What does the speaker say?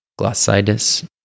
glossitis